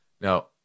Now